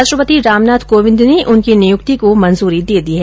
राष्ट्रपति रामनाथ कोविंद ने उनकी नियुक्ति को मंजूरी दे दी है